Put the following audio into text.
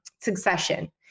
succession